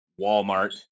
Walmart